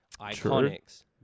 Iconics